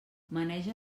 maneja